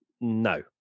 no